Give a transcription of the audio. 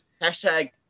Hashtag